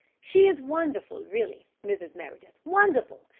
she is wonderful, really, mrs. meredith, wonderful!